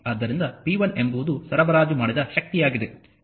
ಆದ್ದರಿಂದ p 1 ಎಂಬುದು ಸರಬರಾಜು ಮಾಡಿದ ಶಕ್ತಿಯಾಗಿದೆ